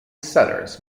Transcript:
cellars